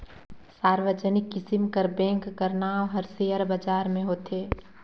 सार्वजनिक किसिम कर बेंक कर नांव हर सेयर बजार में होथे